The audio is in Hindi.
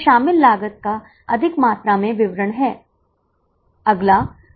प्रति बस 700 का विशेष परमिट शुल्क है